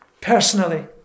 personally